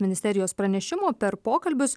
ministerijos pranešimo per pokalbius